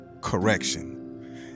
correction